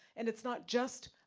and it's not just